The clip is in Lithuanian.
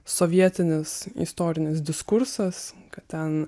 sovietinis istorinis diskursas kad ten